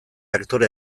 aktore